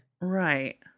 Right